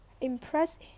impress